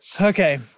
okay